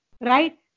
right